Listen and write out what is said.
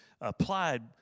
applied